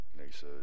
NASA